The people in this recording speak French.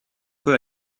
peu